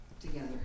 together